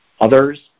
others